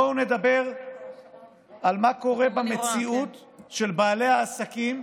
בואו נדבר על מה שקורה במציאות של בעלי העסקים,